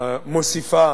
מוסיפה